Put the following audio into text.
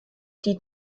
die